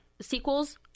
sequels